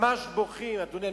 הם ממש בוכים, אדוני.